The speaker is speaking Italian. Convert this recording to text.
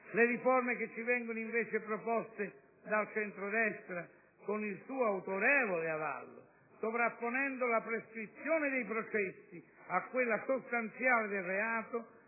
Le riforme che ci vengono invece proposte dal centrodestra con il suo autorevole avallo, sovrapponendo la prescrizione dei processi a quella sostanziale del reato,